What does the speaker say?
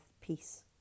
peace